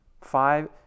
Five